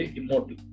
immortal